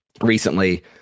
recently